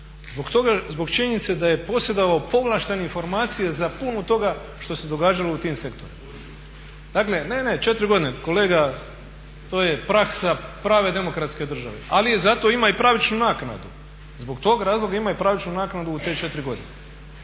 Zbog činjenice da je posjedovao povlaštene informacije za puno toga što se događalo u tim sektorima. …/Upadica se ne čuje./… Dakle, ne, ne, 4 godine, kolega to je praksa prave demokratske države ali zato ima i pravičnu naknadu. Zbog toga ima i pravičnu naknadu u te 4 godine.